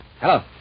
Hello